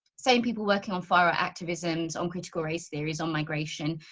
same people working on far out activisms, on critical race theories, on migration,